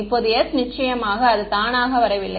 இப்போது s நிச்சயமாக அது தானாக வரவில்லை